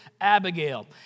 Abigail